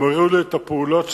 הם הראו לי את הפעולות שלהם,